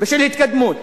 ושל התקדמות,